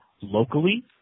locally